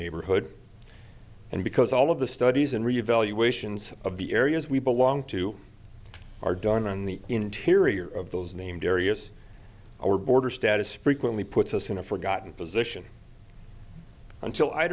neighborhood and because all of the studies and reevaluations of the areas we belong to are done on the interior of those named areas our border status frequently puts us in a forgotten position until i